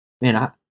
man